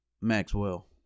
Maxwell